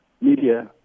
media